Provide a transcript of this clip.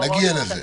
נגיע לזה.